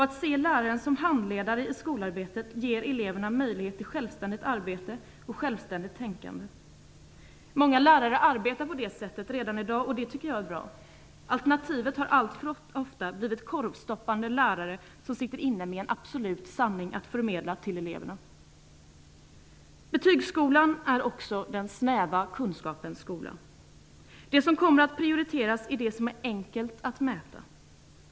Att se läraren som handledare i skolarbetet ger eleverna möjlighet till självständigt arbete och tänkande. Många lärare arbetar på det sättet redan i dag. Det tycker jag är bra. Alternativet har alltför ofta blivit korvstoppande lärare, som sitter inne med en absolut sanning att förmedla till eleverna. Betygsskolan är också den snäva kunskapens skola. Det som kommer att prioriteras är det som är enkelt att mäta.